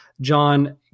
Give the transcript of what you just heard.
John